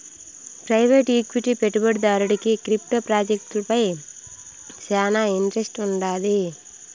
private equity పెట్టుబడిదారుడికి crypto ప్రాజెక్టులపై శానా ఇంట్రెస్ట్ వుండాది